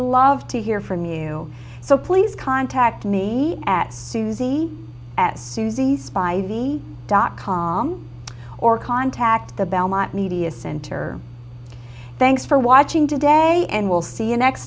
love to hear from you so please contact me at susie at susie's spidey dot com or contact the belmont media center thanks for watching today and we'll see you next